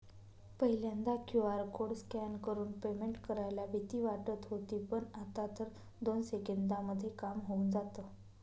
पहिल्यांदा QR code scan करून payment करायला भीती वाटत होती पण, आता तर दोन सेकंदांमध्ये काम होऊन जातं